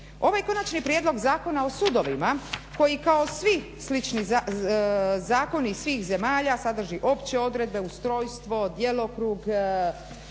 Ovaj Konačni prijedlog Zakona o sudovima koji kao svi slični zakoni svih zemalja sadrži opće odredbe, ustrojstvo, djelokrug,